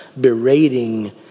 berating